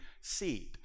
seed